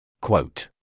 Quote